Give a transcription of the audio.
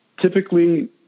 Typically